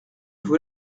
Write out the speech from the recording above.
vous